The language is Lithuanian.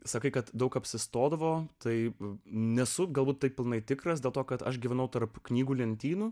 sakai kad daug apsistodavo taip nesu galbūt taip pilnai tikras dėl to kad aš gyvenau tarp knygų lentynų